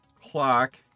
clock